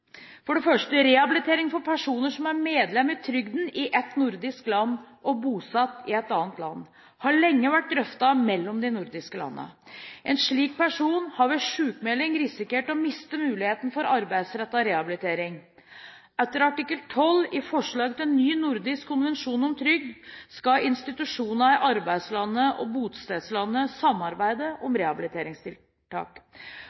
For det første: Rehabilitering for personer som er medlem i trygden i ett nordisk land og bosatt i et annet, har lenge vært drøftet mellom de nordiske landene. En slik person har ved sykmelding risikert å miste muligheten for arbeidsrettet rehabilitering. Etter artikkel 12 i forslag til ny nordisk konvensjon om trygd skal institusjoner i arbeidslandet og bostedslandet samarbeide om